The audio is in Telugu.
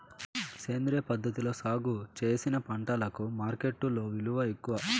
సేంద్రియ పద్ధతిలో సాగు చేసిన పంటలకు మార్కెట్టులో విలువ ఎక్కువ